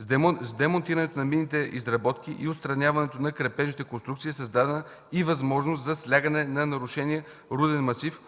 С демонтирането на минните изработки и отстраняването на крепежните конструкции е създадена и възможност за слягане на нарушения руден масив,